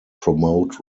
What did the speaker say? promote